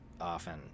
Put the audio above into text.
often